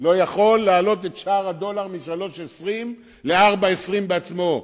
לא יכול להעלות את שער הדולר מ-3.20 ל-4.20 בעצמו.